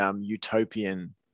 utopian